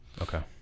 Okay